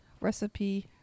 Recipe